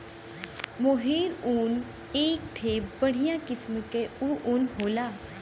मोहेर ऊन एक ठे बढ़िया किस्म के ऊन होला